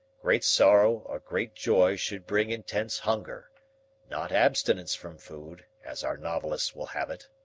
great sorrow or great joy should bring intense hunger not abstinence from food, as our novelists will have it.